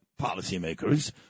policymakers